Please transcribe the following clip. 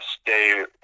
stay